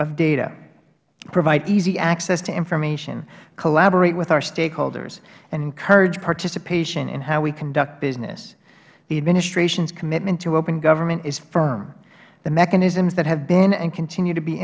of data provide easy access to information collaborate with our stakeholders and encourage participation in how we conduct business the administrations commitment to open government is firm the mechanisms that have been and continue to be